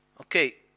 okay